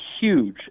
huge